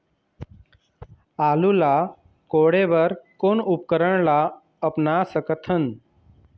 आलू ला कोड़े बर कोन उपकरण ला अपना सकथन?